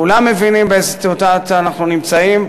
כולם מבינים באיזו סיטואציה אנחנו נמצאים,